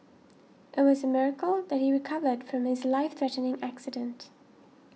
it was a miracle that he recovered from his life threatening accident